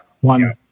one